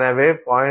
எனவே 0